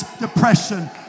depression